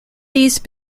these